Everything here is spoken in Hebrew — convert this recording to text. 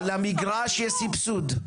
על המגרש יש סבסוד.